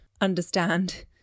understand